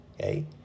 okay